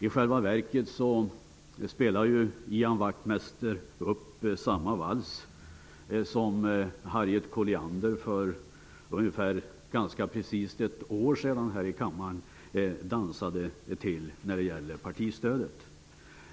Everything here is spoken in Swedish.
I själva verket spelar Ian Wachtmeister upp samma vals som Harriet Colliander för ganska precis ett år sedan, här i kammaren, när det gällde partistödet.